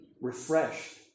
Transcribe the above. refreshed